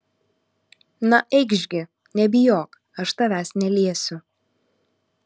na eikš gi nebijok aš tavęs neliesiu